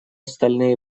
стальные